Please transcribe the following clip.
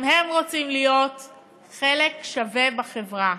גם הם רוצים להיות חלק שווה בחברה.